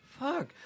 Fuck